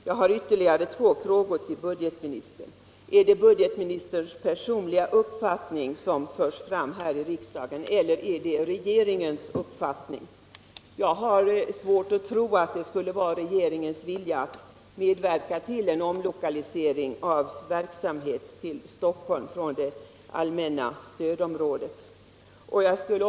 Jag har ytterligare två frågor till budgetministern. Är det budgetministerns personliga uppfattning som förs fram här i riksdagen eller är det regeringens uppfattning? Jag har svårt att tro att regeringen skulle vilja medverka till en omlokalisering av verksamhet från det allmänna stödområdet till Stockholm.